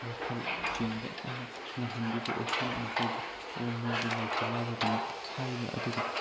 ꯋꯥꯈꯜ ꯆꯦꯟꯕ ꯑꯃ ꯉꯝꯍꯟꯕꯤꯕ ꯑꯣꯏꯁꯅꯨ ꯃꯈꯣꯏꯕꯨ ꯑꯣ ꯃꯣꯏꯗꯤ ꯂꯩꯇ ꯂꯥꯏꯔꯕꯅꯤ ꯍꯥꯏꯕ ꯑꯗꯨꯒꯤ